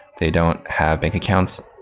they don't have bank accounts.